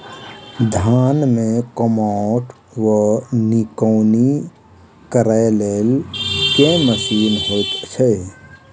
धान मे कमोट वा निकौनी करै लेल केँ मशीन होइ छै?